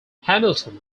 hamilton